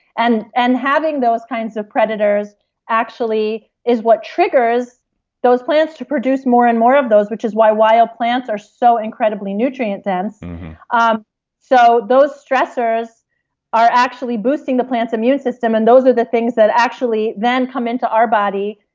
and and having those kinds of predators actually is what triggers those plants to produce more and more of those, which is why wild plants are so incredibly nutrient dense um so those stressors are actually boosting the plant's immune system. and those are the things that actually then come into our body,